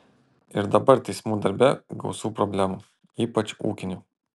ir dabar teismų darbe gausu problemų ypač ūkinių